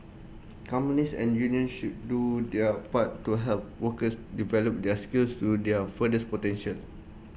companies and unions should do their part to help workers develop their skills to their fullest potential